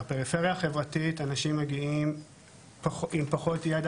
בפריפריה החברתית אנשים מגיעים עם פחות ידע,